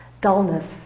dullness